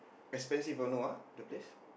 expensive ah no ah the place